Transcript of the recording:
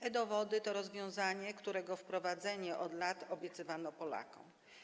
E-dowody to rozwiązanie, którego wprowadzenie od lat obiecywano Polakom.